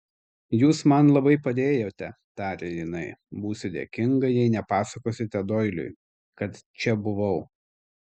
jūs man labai padėjote tarė jinai būsiu dėkinga jei nepasakosite doiliui kad čia buvau